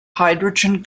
hydrogen